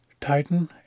Tighten